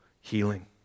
healing